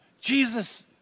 Jesus